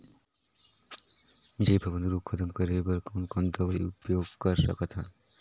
मिरचा के फफूंद रोग खतम करे बर कौन कौन दवई उपयोग कर सकत हन?